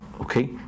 Okay